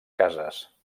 cases